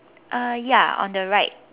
uh ya on the right